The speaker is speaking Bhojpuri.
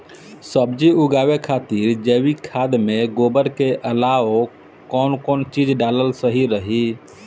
सब्जी उगावे खातिर जैविक खाद मे गोबर के अलाव कौन कौन चीज़ डालल सही रही?